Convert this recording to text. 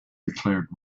declared